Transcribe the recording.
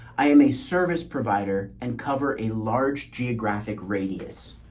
i am a service provider and cover a large geographic radius.